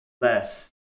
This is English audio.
less